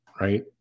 right